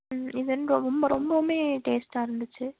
ம் இதுன்னு ரொம்ப ரொம்பவுமே டேஸ்ட்டாக இருந்துச்சு